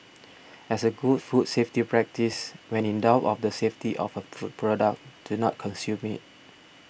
as a good food safety practice when in doubt of the safety of a food product do not consume it